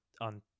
on